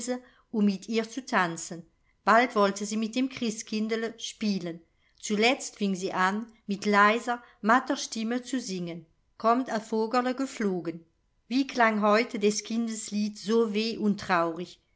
um mit ihr zu tanzen bald wollte sie mit dem christkindl spielen zuletzt fing sie an mit leiser matter stimme zu singen kommt a vogerl geflogen wie klang heute des kindes lied so weh und traurig